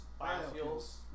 biofuels